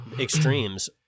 extremes